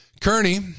Kearney